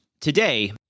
today